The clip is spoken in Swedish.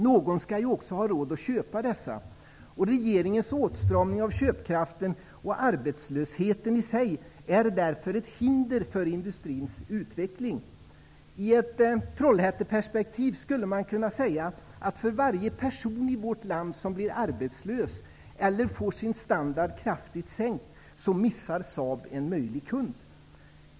Någon skall ju också ha råd att köpa dessa. Regeringens åtstramning av köpkraften och arbetslösheten i sig är därför hinder för industrins utveckling. I ett Trollhätteperspektiv skulle man kunna säga att för varje person i vårt land som blir arbetslös eller får sin standard kraftigt sänkt missar Saab en möjlig kund.